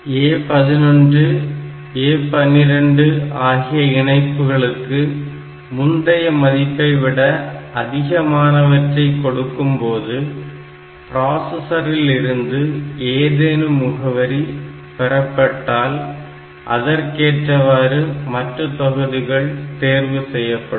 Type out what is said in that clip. A11 A 12 ஆகிய இணைப்புகளுக்கு முந்தைய மதிப்பைவிட அதிகமானவற்றை கொடுக்கும்போது பிராசஸரில் இருந்து ஏதேனும் முகவரி பெறப்பட்டால் அதற்கேற்றவாறு மற்ற தொகுதிகள் தேர்வு செய்யப்படும்